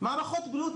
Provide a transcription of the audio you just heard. מערכות בריאות,